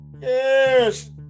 Yes